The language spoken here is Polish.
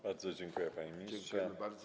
Bardzo dziękuję, panie ministrze.